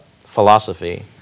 philosophy